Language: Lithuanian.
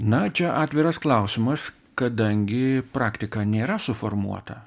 na čia atviras klausimas kadangi praktika nėra suformuota